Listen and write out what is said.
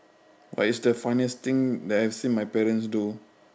what is the funniest thing that I have seen my parent do